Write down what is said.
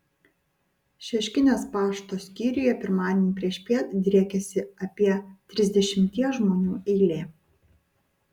šeškinės pašto skyriuje pirmadienį priešpiet driekėsi apie trisdešimties žmonių eilė